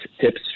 tips